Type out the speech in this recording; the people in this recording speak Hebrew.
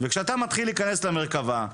וכשאתה מתחיל להיכנס למרכב"ה,